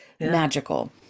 magical